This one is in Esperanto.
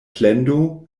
plendo